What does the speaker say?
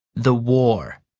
the war